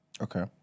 Okay